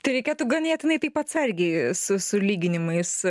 tai reikėtų ganėtinai taip atsargiai su su lyginimais